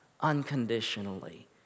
unconditionally